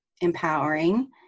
empowering